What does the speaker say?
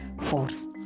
force